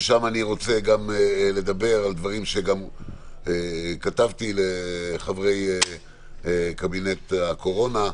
ששם אני רוצה לדבר על דברים שגם כתבתי לחברי קבינט הקורונה,